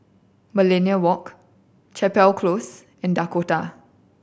Millenia Walk Chapel Close and Dakota